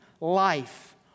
life